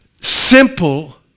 simple